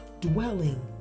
dwelling